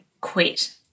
quit